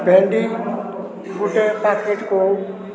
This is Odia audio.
ଭେଣ୍ଡି ଗୁଟେ ପାକେଟ୍କୁ